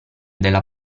della